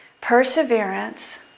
perseverance